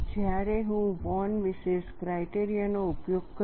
જ્યારે હું von Mises criteria નો ઉપયોગ કરીશ